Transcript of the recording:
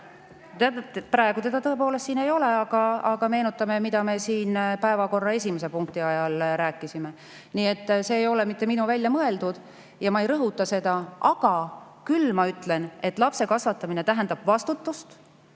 Praegu teda tõepoolest siin ei ole, aga meenutame, mida me siin päevakorra esimese punkti ajal rääkisime. Nii et see ei ole mitte minu välja mõeldud ja ma ei rõhuta seda, aga küll ma ütlen, et lapse kasvatamine tähendab vastutust,